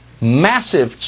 massive